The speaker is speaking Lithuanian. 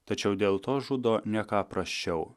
tačiau dėl to žudo ne ką prasčiau